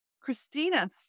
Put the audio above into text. christina